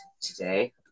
today